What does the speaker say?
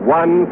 one